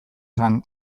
zen